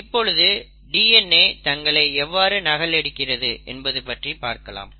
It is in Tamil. இப்பொழுது DNA தங்களை எவ்வாறு நகல் எடுக்கிறது என்பது பற்றி பார்க்கலாம்